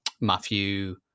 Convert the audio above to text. Matthew